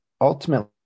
ultimately